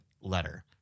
letter